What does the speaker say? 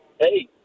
hey